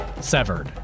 severed